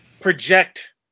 project